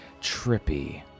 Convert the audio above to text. Trippy